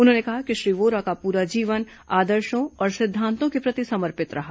उन्होंने कहा कि श्री वोरा का पूरा जीवन आदर्शों और सिद्धांतों के प्रति समर्पित रहा